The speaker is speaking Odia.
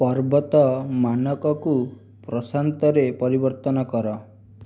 ପର୍ବତ ମାନକକୁ ପ୍ରଶାନ୍ତରେ ପରିବର୍ତ୍ତନ କର